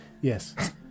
Yes